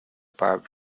barbed